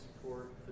support